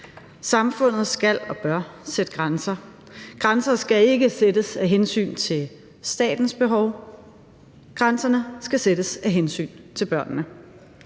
Samfundet skal og bør sætte grænser. Grænser skal ikke sættes af hensyn til statens behov. Grænserne skal sættes af hensyn til børnene.